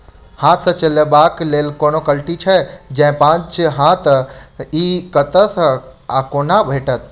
हाथ सऽ चलेबाक लेल कोनों कल्टी छै, जौंपच हाँ तऽ, इ कतह सऽ आ कोना भेटत?